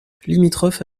limitrophe